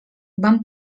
van